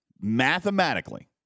mathematically